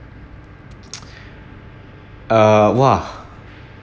uh !wah!